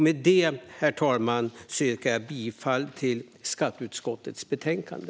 Med detta, herr talman, yrkar jag bifall till skatteutskottets förslag.